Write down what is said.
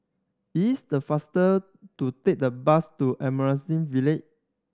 it's the faster to take the bus to Ville